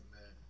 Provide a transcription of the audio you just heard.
man